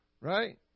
Right